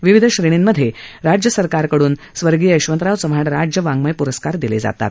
विविध श्रेणीमध्ये राज्य सरकारकडून स्वर्गीय यशवंतराव चव्हाण राज्य वाङ्मय प्रस्कार दिले जातात